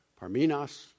Parmenas